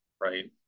right